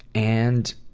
and,